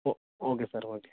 O okay sir okay